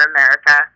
America